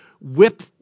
whip